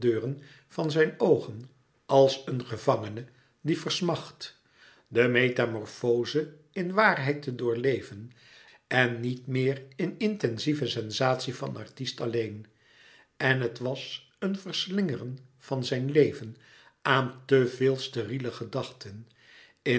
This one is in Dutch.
van zijn oogen als een gevangene die versmacht de metamorfoze in waarheid te doorleven en niet meer in intensieve sensatie van artist alleen en het was een verslingeren van zijn leven aan te veel steriele gedachten in